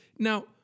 Now